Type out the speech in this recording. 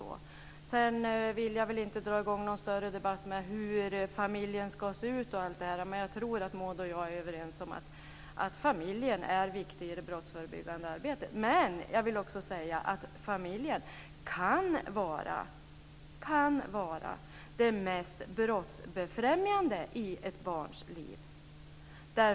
Sedan vill jag inte dra i gång någon större debatt om hur familjen ska se ut etc., men jag tror att Maud och jag är överens om att familjen är viktig i det brottsförebyggande arbetet. Men jag vill också säga att familjen kan vara det mest brottsbefrämjande i ett barns liv.